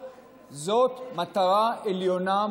זאת מטרה עליונה,